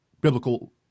biblical